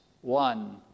one